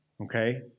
Okay